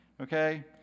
Okay